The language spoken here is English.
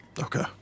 okay